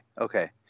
okay